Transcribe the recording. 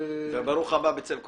ברוך הבא בצל קורתנו.